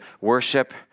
worship